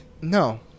No